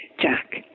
Jack